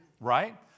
Right